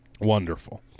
Wonderful